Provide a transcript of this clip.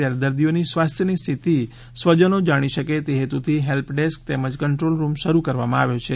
ત્યારે દર્દીઓની સ્વાસ્થ્યની સ્થિતિ સ્વજનો જાણી શકે તે હેતુથી હેલ્પ ડેસ્ક તેમજ કંદ્રોલ રૂમ શરૂ કરવામાં આવ્યો છે